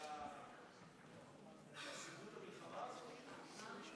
על חשיבות המלחמה הזאת.